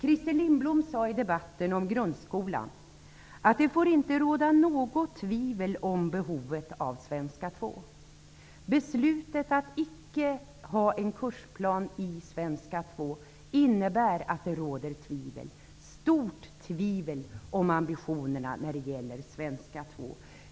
Christer Lindblom sade i debatten om grundskolan att det inte får råda något tvivel om behovet av svenska 2. Beslutet att icke upprätta en kursplan innebär att det råder stort tvivel om ambitionerna när det gäller svenska 2.